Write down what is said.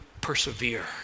persevere